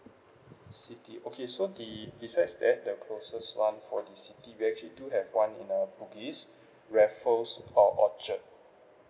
city okay so the besides that the closest one for the city we actually do have one in uh bugis raffles or orchard